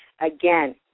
Again